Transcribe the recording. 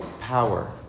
power